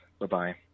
Bye-bye